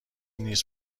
نیست